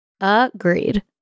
agreed